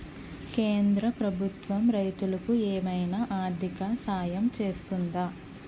కేంద్ర ప్రభుత్వం రైతులకు ఏమైనా ఆర్థిక సాయం చేస్తుందా?